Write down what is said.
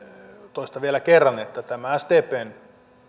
toistan vielä kerran että tämä sdpn